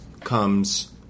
comes